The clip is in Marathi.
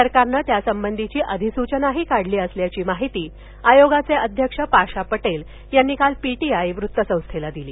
सरकारनं त्यासंबंधीची अधिसूचनाही काढली असल्याची माहिती आयोगाचे अध्यक्ष पाशा पटेल यांनी काल पीटीआय वृतसंस्थेला दिली